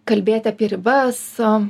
kalbėti apie ribas